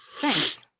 Thanks